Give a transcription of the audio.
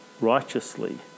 righteously